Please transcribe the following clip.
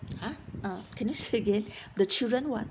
!huh! uh can you say again the children what